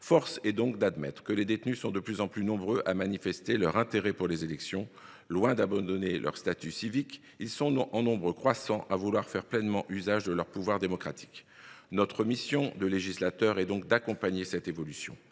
Force est donc d’admettre que les détenus sont de plus en plus nombreux à manifester leur intérêt pour les élections. Loin d’abandonner leur statut civique, ils sont un nombre croissant à vouloir faire pleinement usage de leur pouvoir démocratique. Notre mission de législateur est d’accompagner cette évolution.